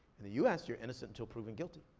in the u s, you're innocent until proven guilty.